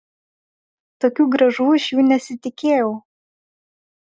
tokių grąžų iš jų nesitikėjau